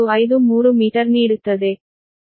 453 metre ನೀಡುತ್ತದೆ